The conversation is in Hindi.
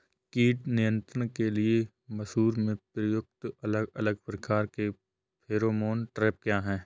कीट नियंत्रण के लिए मसूर में प्रयुक्त अलग अलग प्रकार के फेरोमोन ट्रैप क्या है?